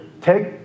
take